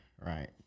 right